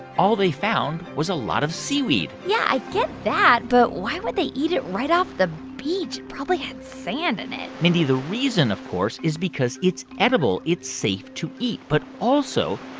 all they found was a lot of seaweed yeah, i get that. but why would they eat it right off the beach? it probably had sand in it mindy, the reason, of course, is because it's edible. it's safe to eat. but also,